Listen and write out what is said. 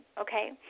okay